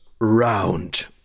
round